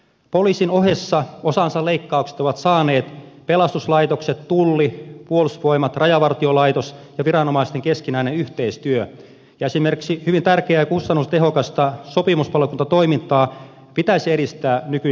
poliisin ohessa osansa leikkauksista ovat saaneet pelastuslaitokset tulli puolustusvoimat rajavartiolaitos ja viranomaisten keskinäinen yhteistyö ja esimerkiksi hyvin tärkeää ja kustannustehokasta sopimuspalokuntatoimintaa pitäisi edistää nykyistä enemmän